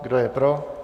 Kdo je pro?